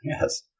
yes